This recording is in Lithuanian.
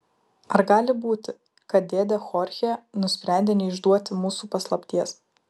ar gali būti kad dėdė chorchė nusprendė neišduoti mūsų paslapties